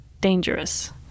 dangerous